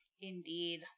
Indeed